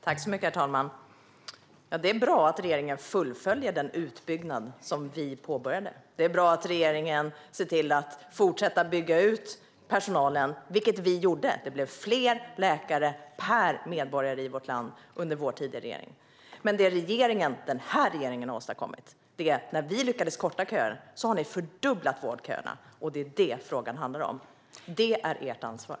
Herr talman! Det är bra att regeringen fullföljer den utbyggnad som vi påbörjade. Det är bra att regeringen ser till att fortsätta bygga ut personalen, vilket vi gjorde. Det blev fler läkare per medborgare i vårt land under vår tid i regeringen. Det som den här regeringen har åstadkommit är att fördubbla de vårdköer som vi hade lyckats korta, och det är det frågan handlar om. Det är ert ansvar!